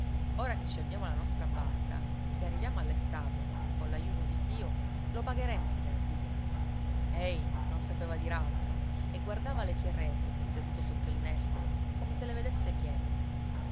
ora che ci abbiamo la nostra barca se arriviamo all'estate coll'aiuto di dio lo pagheremo il debito ei non sapeva dir altro e guardava le sue reti seduto sotto il nespolo come se le vedesse piene